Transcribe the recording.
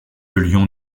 lyon